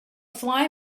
fly